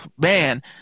Man